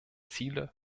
ziele